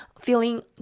feeling